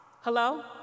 Hello